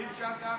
אי-אפשר ככה.